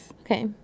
Okay